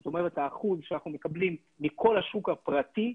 זאת אומרת האחוז שאנחנו מקבלים מכל השוק הפרטי,